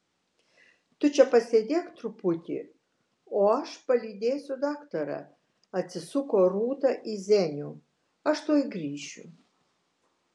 tu čia pasėdėk truputį o aš palydėsiu daktarą atsisuko rūta į zenių aš tuoj grįšiu